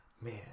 Man